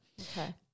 okay